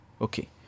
okay